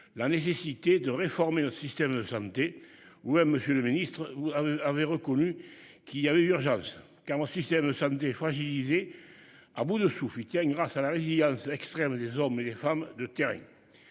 la nécessité de réformer le système de santé ou à monsieur le Ministre. Avait reconnu qu'il y avait urgence car mon système de santé fragilisée à bout de souffle, grâce à la vigilance extrême des hommes et femmes de terrain.